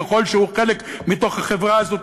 ככל שהוא חלק מתוך החברה הזאת,